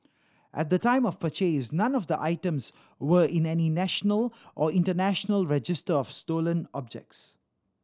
at the time of purchase none of the items were in any national or international register of stolen objects